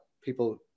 people